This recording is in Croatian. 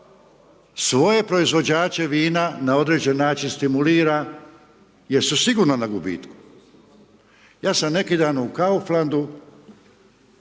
svoje proizvođače vina na određen način stimulira jer su sigurno na gubitku. Ja sam neki dan u Kauflandu,